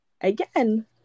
again